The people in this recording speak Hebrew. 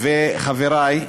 וחברי,